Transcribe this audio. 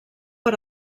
per